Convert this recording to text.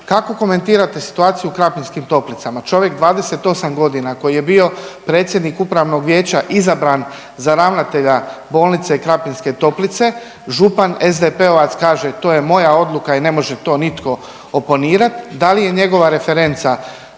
kako komentirate situaciju u Krapinskim toplicama. Čovjek 28 godina koji je bio predsjednik Upravnog vijeća izabran za ravnatelja bolnice Krapinske toplice. Župan SDP-ovac kaže to je moja odluka i ne može to nitko oponirati. Da li je njegova referenca